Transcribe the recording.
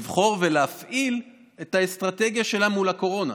לבחור ולהפעיל את האסטרטגיה שלה מול הקורונה,